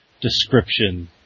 description